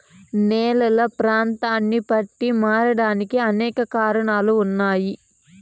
నేలలు ప్రాంతాన్ని బట్టి మారడానికి అనేక కారణాలు ఉన్నాయి